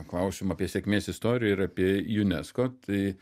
klausimą apie sėkmės istoriją ir apie unesco tai